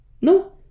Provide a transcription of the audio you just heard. No